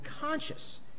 conscious